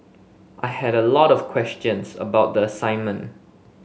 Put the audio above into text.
I had a lot of questions about the assignment